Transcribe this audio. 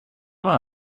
med